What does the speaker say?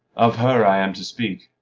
of her i am to speak.